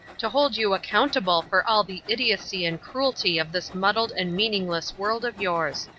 to hold you accountable for all the idiocy and cruelty of this muddled and meaningless world of yours.